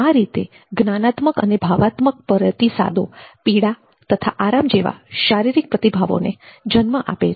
આ રીતે જ્ઞાનાત્મક તથા ભાવનાત્મક પ્રતિસાદો પીડા તથા આરામ જેવા શારીરિક પ્રતિભાવોને જન્મ આપે છે